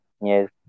Yes